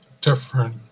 different